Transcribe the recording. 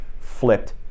flipped